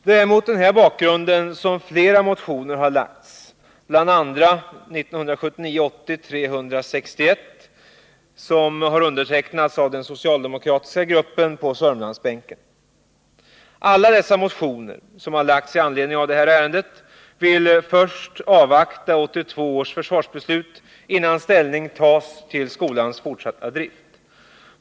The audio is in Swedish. Det är mot den här bakgrunden som flera motioner har väckts, bl.a. motion 1979/80:361, som har undertecknats av den socialdemokratiska gruppen på Sörmlandsbänken. Alla de olika motionerna i detta ärende vill avvakta 1982 års försvarsbeslut innan ställning tas till skolans fortsatta drift.